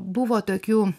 buvo tokių